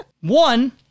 One